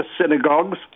synagogues